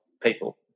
people